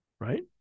right